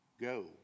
Go